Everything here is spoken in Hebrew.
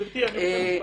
גבירתי, אני רוצה משפט.